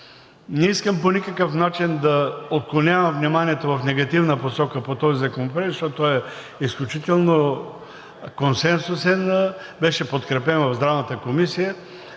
Не искам по никакъв начин да отклонявам вниманието в негативна посока по този законопроект, защото той е изключително консенсусен, беше подкрепен в Здравната комисия,